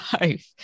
life